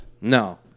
no